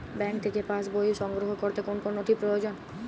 Bank থেকে pass বই সংগ্রহ করতে কোন কোন নথি প্রয়োজন?